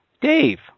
Dave